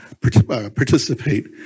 participate